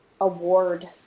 award